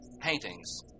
paintings